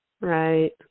Right